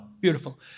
Beautiful